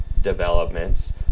developments